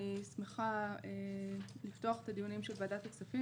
אני שמחה לפתוח את הדיונים של ועדת הכספים